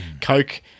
Coke